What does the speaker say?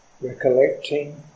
recollecting